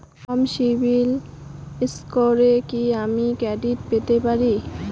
কম CIBIL স্কোরে কি আমি ক্রেডিট পেতে পারি?